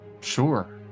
Sure